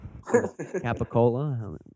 Capicola